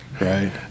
Right